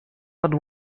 but